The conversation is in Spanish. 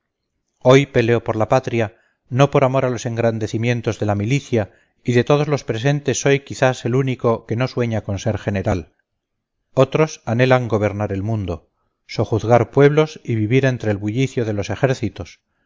hoy peleo por la patria no por amor a los engrandecimientos de la milicia y de todos los presentes soy quizás el único que no sueña con ser general otros anhelan gobernar el mundo sojuzgar pueblos y vivir entre el bullicio de los ejércitos